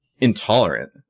Intolerant